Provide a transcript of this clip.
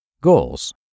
Goals